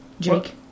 Jake